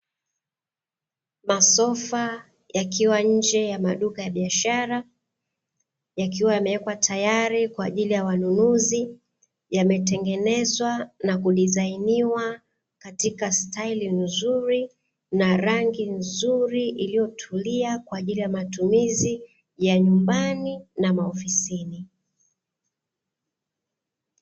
Masofa yakiwa nje ya maduka ya biashara, yakiwa yameekwa tayari kwa ajili ya wanunuzi, yametengenezwa na kudizainiwa katika staili nzuri, na rangi nzuri iliyotulia kwa ajili ya matumizi ya nyumbani na maofisini.